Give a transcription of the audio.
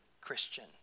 Christian